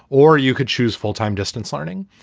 or you could choose full time distance learning.